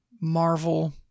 Marvel